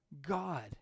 God